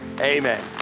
Amen